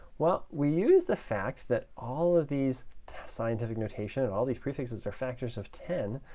well, we use the fact that all of these scientific notation and all these prefixes are factors of ten,